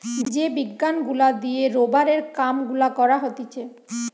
যে বিজ্ঞান গুলা দিয়ে রোবারের কাম গুলা করা হতিছে